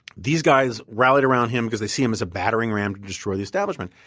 these guys rallied around him because they see him as a battering ram to destroy the establishment.